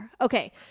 Okay